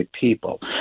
people